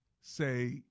say